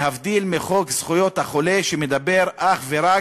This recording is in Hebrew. להבדיל מחוק זכויות החולה שמדבר אך ורק,